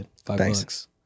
Thanks